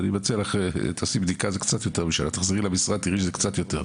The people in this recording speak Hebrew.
אני מציע לך לעשות בדיקה ולראות שזה קצת יותר,